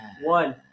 One